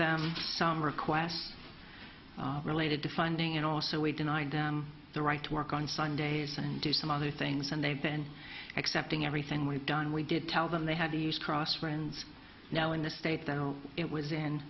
requests related to funding and also we denied them the right to work on sundays and do some other things and they've been accepting everything we've done we did tell them they had to use cross friends now in the state that it was in